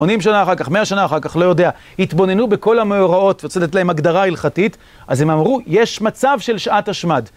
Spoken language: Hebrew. עונים שנה אחר כך, מאה שנה אחר כך, לא יודע, התבוננו בכל המאורעות, יוצאת להם הגדרה הלכתית, אז הם אמרו, יש מצב של שעת השמד.